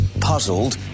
puzzled